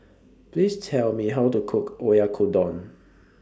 Please Tell Me How to Cook Oyakodon